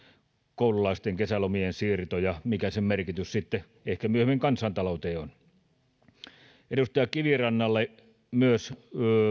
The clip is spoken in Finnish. koululaisten kesälomien siirto ja mikä sen merkitys sitten ehkä myöhemmin on kansantalouteen edustaja kivirannalle myös